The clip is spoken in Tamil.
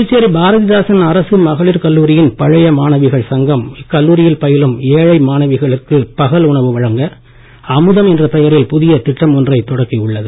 புதுச்சேரி பாரதிதாசன் அரசு மகளிர் கல்லூரியின் பழைய மாணவிகள் சங்கம் இக்கல்லூரியில் பயிலும் ஏழை மாணவிகளுக்கு பகல் உணவு வழங்க அமுதம் என்ற பெயரில் புதிய திட்டம் ஒன்றைத் தொடக்கியுள்ளது